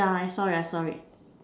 ya I saw it I saw it